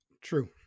True